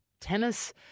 tennis